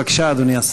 בבקשה, אדוני השר.